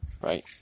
Right